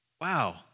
Wow